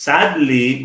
Sadly